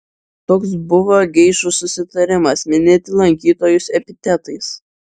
toks buvo geišų susitarimas minėti lankytojus epitetais